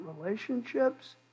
relationships